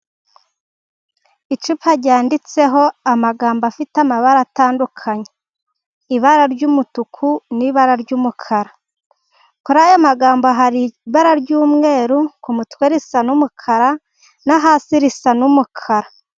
Icupa ryanditseho amagambo afite amabara atandukanye. Ibara ry'umutuku n'ibara ry'umukara . Kuri aya magambo hari ibara ry'umweru ku mutwe risa n'umukara no hasi risa n'umukara.